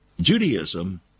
Judaism